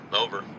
Over